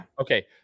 Okay